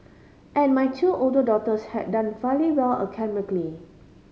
and my two older daughters had done fairly well academically